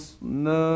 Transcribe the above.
No